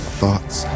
thoughts